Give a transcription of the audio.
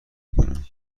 میکنه